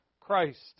Christ